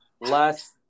last